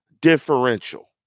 differential